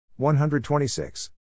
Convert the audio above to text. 126